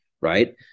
right